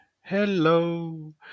Hello